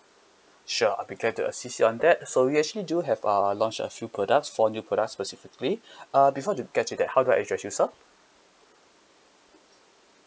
sure I'll be glad to assist you on that so we actually do have uh launch a few products four new products specifically uh before we get to that how do I address you sir